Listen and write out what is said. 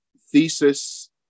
thesis